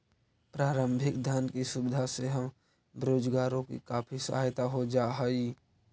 प्रारंभिक धन की सुविधा से हम बेरोजगारों की काफी सहायता हो जा हई